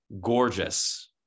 gorgeous